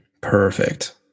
perfect